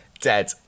dead